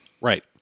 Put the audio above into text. Right